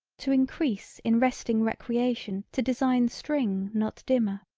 to increase in resting recreation to design string not dimmer.